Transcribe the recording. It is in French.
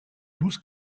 douze